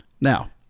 Now